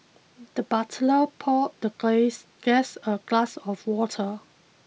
the butler poured the ghost guest a glass of water